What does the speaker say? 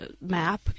map